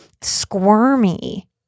squirmy